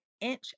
inch